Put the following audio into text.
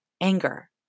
anger